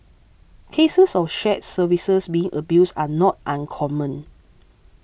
cases of shared services being abused are not uncommon